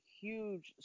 huge